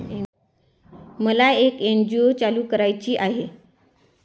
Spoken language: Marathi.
मला एक एन.जी.ओ चालू करायची आहे